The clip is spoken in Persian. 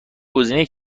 هزینه